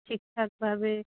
ঠিকঠাকভাবে